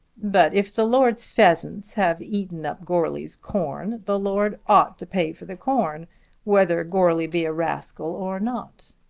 but if the lord's pheasants have eaten up goarly's corn, the lord ought to pay for the corn whether goarly be a rascal or not.